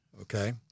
okay